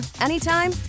anytime